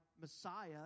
Messiah